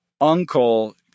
uncle